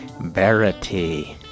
verity